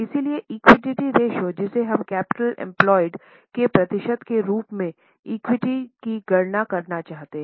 इसलिए equity ratio जिसे हम कैपिटल एम्प्लॉयड के प्रतिशत के रूप में इक्विटी की गणना करना चाहते हैं